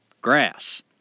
grass